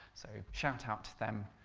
so shout-out to them,